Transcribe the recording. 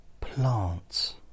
plants